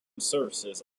services